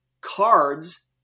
cards